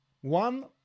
one